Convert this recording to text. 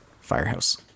firehouse